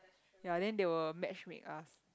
ya then they will matchmake us